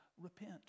repent